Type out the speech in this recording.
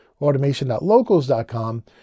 automation.locals.com